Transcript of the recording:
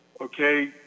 Okay